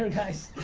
and guys.